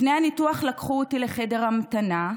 לפני הניתוח לקחו אותי לחדר המתנה,